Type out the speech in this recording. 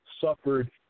suffered